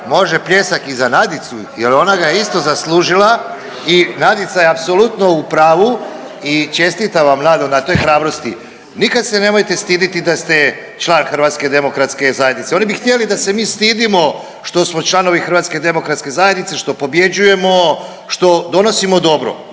Može pljesak i za Nadicu jer ona ga je isto zaslužila i Nadica je apsolutno u pravu i čestitam vam, Nado, na toj hrabrosti. Nikad se nemojte stiditi da ste član HDZ-a. Oni bi htjeli da se mi stidimo što smo članovi HDZ-a, što pobjeđujemo, što donosimo dobro.